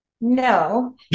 No